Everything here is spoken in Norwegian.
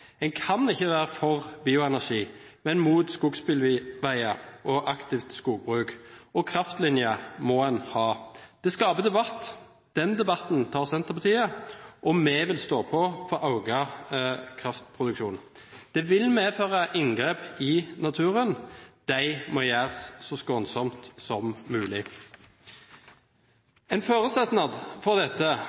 En kan ikke være for bioenergi, men imot skogsbilveier og aktivt skogbruk. Og kraftlinjer må en ha. Det skaper debatt. Den debatten tar Senterpartiet, og vi vil stå på for å øke kraftproduksjonen. Det vil medføre inngrep i naturen. De må gjøres så skånsomt som mulig. En forutsetning for dette